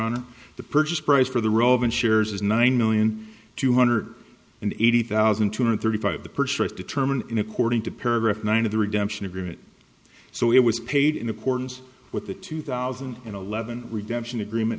on the purchase price for the relevant shares is nine million two hundred and eighty thousand two hundred thirty five the purchase determined in according to paragraph nine of the redemption agreement so it was paid in accordance with the two thousand and eleven redemption agreement